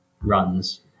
runs